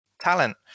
talent